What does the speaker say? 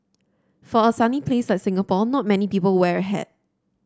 for a sunny place like Singapore not many people wear a hat